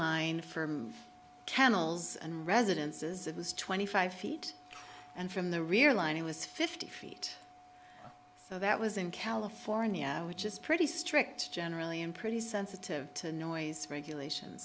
line from kennels and residences it was twenty five feet and from the rear lining was fifty feet so that was in california which is pretty strict generally in pretty sensitive to noise for regula